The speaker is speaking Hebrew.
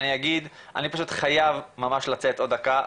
אני פשוט חייב ממש לצאת עוד דקה,